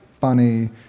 funny